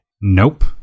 Nope